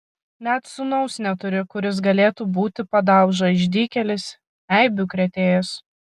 net sūnaus neturi kuris galėtų būti padauža išdykėlis eibių krėtėjas